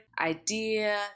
idea